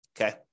Okay